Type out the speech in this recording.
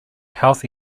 health